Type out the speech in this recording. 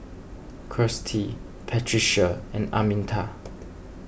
Kirstie Patricia and Arminta